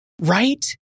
right